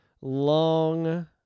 long